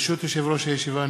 ברשות יושב-ראש הישיבה,